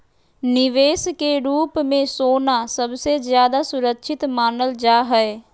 निवेश के रूप मे सोना सबसे ज्यादा सुरक्षित मानल जा हय